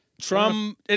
Trump